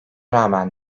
rağmen